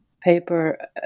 paper